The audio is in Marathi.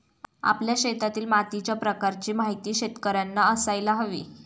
आपल्या शेतातील मातीच्या प्रकाराची माहिती शेतकर्यांना असायला हवी